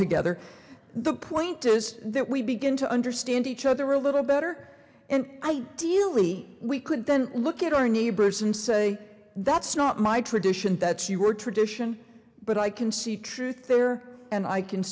together the point is that we begin to understand each other a little better and ideally we could then look at our neighbors and say that's not my tradition that she were tradition but i can see truth there and i can